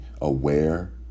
aware